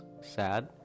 Sad